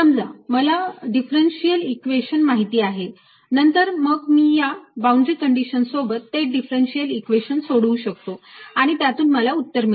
समजा मला differential equation माहिती आहे नंतर मग मी या बाउंड्री कंडीशन सोबत ते डिफरंशिअल इक्वेशन सोडवू शकतो आणि त्यातून मला उत्तर मिळेल